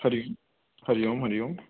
हरिः हरिः ओम् हरिः ओम्